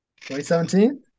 2017